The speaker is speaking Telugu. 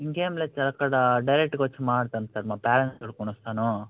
ఇంకేం లేదు సార్ అక్కడ డైరెక్ట్గా వచ్చి మాట్లాడుతాను సార్ మా పేరెంట్స్ తొడుకోని వస్తాను